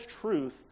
truth